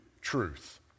truth